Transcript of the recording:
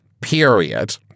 Period